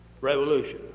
revolution